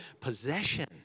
possession